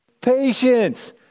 patience